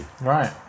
right